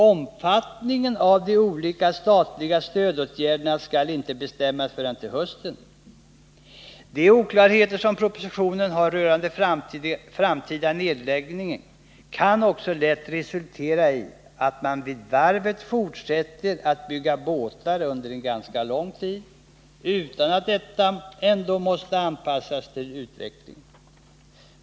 Omfattningen av de olika statliga stödåtgärderna skall inte bestämmas förrän till hösten. De oklarheter som propositionen har rörande den framtida nedläggningen kan också lätt resultera i att man vid varvet fortsätter att bygga båtar under en ganska lång tid utan att det sker någon anpassning till utvecklingen.